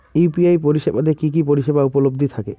UPI পরিষেবা তে কি কি পরিষেবা উপলব্ধি থাকে?